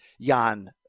Jan